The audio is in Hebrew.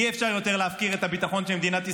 אי-אפשר יותר להפקיר את הביטחון של מדינת ישראל,